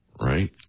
right